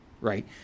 right